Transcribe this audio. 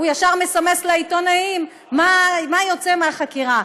ישר מסמס לעיתונאים מה יוצא מהחקירה.